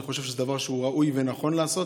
אני חושב שזה דבר ראוי ונכון לעשות